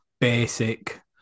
basic